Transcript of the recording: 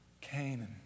Canaan